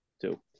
Two